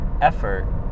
effort